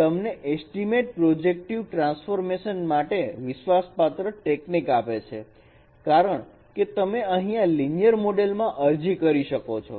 તમને estimate projective transformation માટે વિશ્વાસપાત્ર ટેકનીક આપે છે કારણ કે તમે અહીંયા લિનિયર મોડલ માં અરજી કરી શકો છો